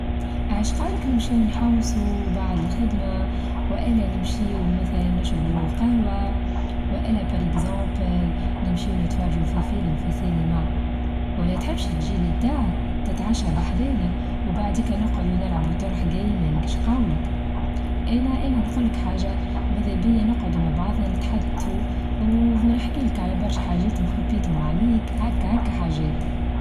عشقا لك نمشيو نحوسو بعد الخدمة، والا نمشيو مثلا نشربو قهوة، وإلا بير أكسامبول نمشيو نتفرجو في فيلم في سينما، ولا تحبش تچيلى الدار تتعشى بحدانا وبعديكا نقعدو نلعبو طرح جايمنج أيش قولك، أنا-أنا نقولك حاچة ماذا بيا نقعدو مع بعضنا نتحدثو و نحكي لك على برشا حاچات مخبيتهم عليك هاكا هاكا حاچات.